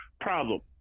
problem